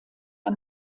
der